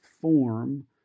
form